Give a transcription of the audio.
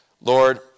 Lord